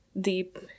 deep